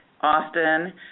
Austin